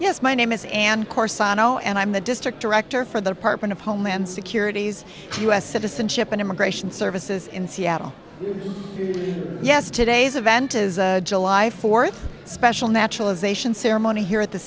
yes my name is and i'm the district director for the apartment of homeland security's u s citizenship and immigration services in seattle yes today's event is july fourth a special naturalization ceremony here at the